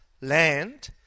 land